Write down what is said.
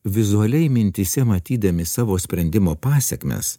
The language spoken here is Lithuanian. vizualiai mintyse matydami savo sprendimo pasekmes